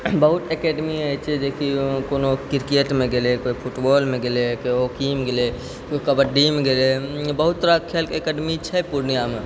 बहुत एकेडमी होइ छै जेकि कोनो किरकेटमे गेलै कोइ फुटबॉलमे गेलै कोइ हॉकीमे गेलै कोइ कबड्डीमे गेलै बहुत तरहके खेलके एकेडमी छै पूर्णियामे